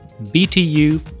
btu